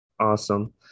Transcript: awesome